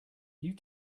you